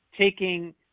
Taking